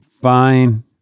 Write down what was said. fine